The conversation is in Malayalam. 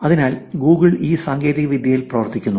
അതിനാൽ ഗൂഗിൾ ഈ സാങ്കേതികവിദ്യയിൽ പ്രവർത്തിക്കുന്നു